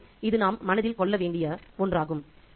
எனவே இது நாம் மனதில் கொள்ள வேண்டிய ஒன்றாகும்